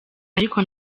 ariko